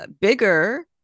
bigger